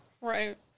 right